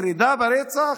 מה, יש ירידה ברצח?